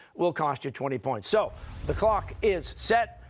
will cost you twenty points. so the clock is set,